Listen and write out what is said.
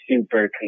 super